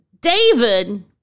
David